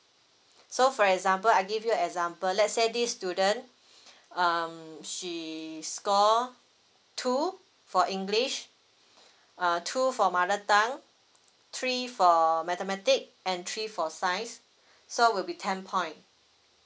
so for example I give you example let say this student um she score two for english uh two for mother tongue three for mathematic and three for science so will be ten point